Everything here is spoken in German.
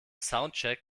soundcheck